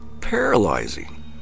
paralyzing